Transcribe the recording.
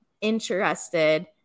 interested